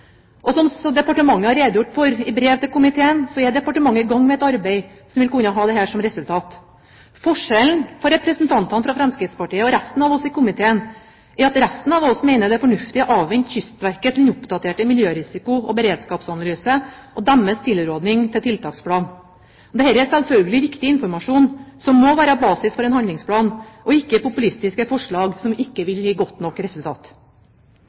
Og som departementet har redegjort for i brev til komiteen, er departementet i gang med et arbeid som vil kunne ha dette som resultat. Forskjellen på representantene fra Fremskrittspartiet og resten av oss i komiteen er at resten av oss mener det er fornuftig å avvente Kystverkets oppdaterte miljørisiko- og beredskapsanalyse og deres tilrådning til tiltaksplan. Dette er selvfølgelig viktig informasjon som må være basis for en handlingsplan – og ikke populistiske forslag som ikke vil gi godt nok resultat.